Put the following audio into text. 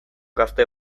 gazte